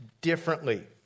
differently